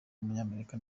w’umunyamerika